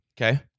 Okay